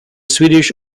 swedish